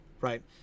right